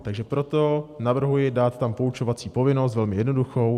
Takže proto navrhuji dát tam poučovací povinnost velmi jednoduchou.